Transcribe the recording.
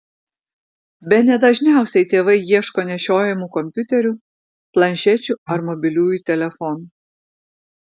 bene dažniausiai tėvai ieško nešiojamų kompiuterių planšečių ar mobiliųjų telefonų